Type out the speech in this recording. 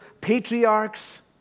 patriarchs